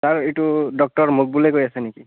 sir এইটো doctor মকবুলে কৈ আছে নেকি